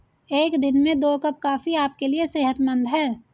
एक दिन में दो कप कॉफी आपके लिए सेहतमंद है